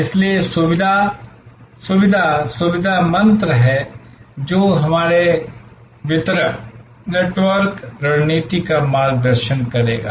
इसलिए सुविधा सुविधा सुविधा मंत्र है जो हमारी वितरण नेटवर्क रणनीति का मार्गदर्शन करेगा